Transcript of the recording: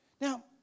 Now